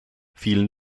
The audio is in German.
vielen